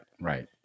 right